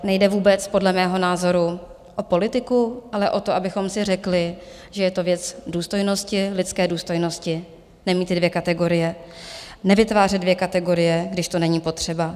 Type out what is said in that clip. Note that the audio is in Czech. Nejde vůbec podle mého názoru o politiku, ale o to, abychom si řekli, že je to věc důstojnosti, lidské důstojnosti, nemít ty dvě kategorie, nevytvářet dvě kategorie, když to není potřeba.